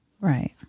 Right